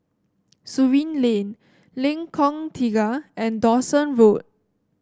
Surin Lane Lengkong Tiga and Dawson Road